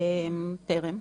טרם.